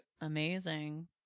amazing